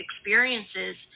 experiences